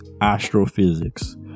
astrophysics